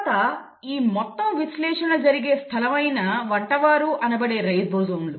తరువాత ఈ మొత్తం విశ్లేషణ జరిగే స్థలం వంటవారు అనబడే రైబోజోమ్లు